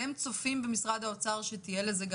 אתם צופים במשרד האוצר שתהיה לזה גם